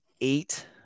eight